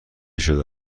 شده